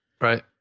Right